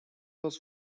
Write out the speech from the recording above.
was